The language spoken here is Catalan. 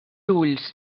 ulls